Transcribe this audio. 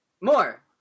More